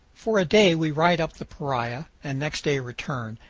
for a day we ride up the paria, and next day return.